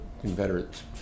Confederates